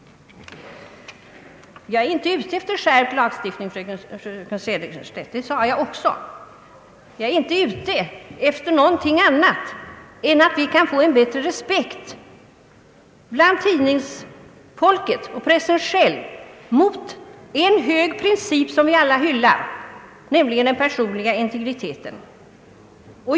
Jag är inte ute efter skärpt lagstift ning, fru Segerstedt Wiberg. Det sade jag också. Jag är inte ute efter någonting annat än att vi får en bättre respekt hos tidningsfolket och pressen för en hög princip, som vi alla hyllar, nämligen den personliga integriteten.